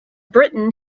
britain